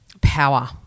power